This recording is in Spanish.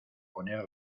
poner